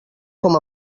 com